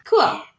Cool